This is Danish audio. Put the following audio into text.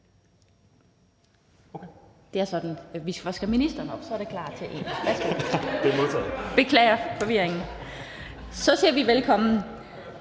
Så siger vi velkommen